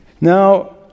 Now